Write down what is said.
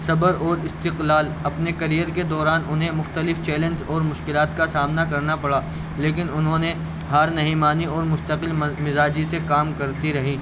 صبر اور استقلال اپنے کریئر کے دوران انہیں مختلف چیلنج اور مشکلات کا سامنا کرنا پڑا لیکن انہوں نے ہار نہیں مانی اور مستقل مزاجی سے کام کرتی رہی